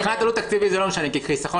מבחינת עלות תקציבית זה לא משנה כי חיסכון